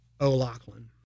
O'Loughlin